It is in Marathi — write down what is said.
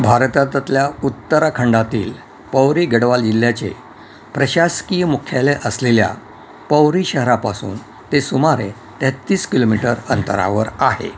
भारतातल्या उत्तराखंडातील पौरी गढवाल जिल्ह्याचे प्रशासकीय मुख्यालय असलेल्या पौरी शहरापासून ते सुमारे तेहेतीस किलोमिटर अंतरावर आहे